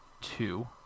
two